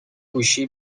گوشی